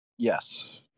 Yes